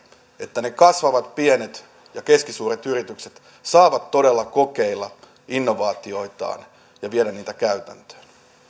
että ne kasvavat pienet ja keskisuuret yritykset saavat todella kokeilla innovaatioitaan ja viedä niitä käytäntöön